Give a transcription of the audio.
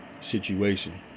situation